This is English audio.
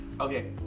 Okay